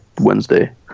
Wednesday